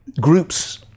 groups